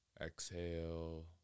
Exhale